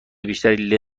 بیشتری